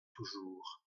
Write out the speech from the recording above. toujours